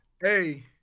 Hey